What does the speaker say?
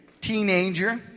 teenager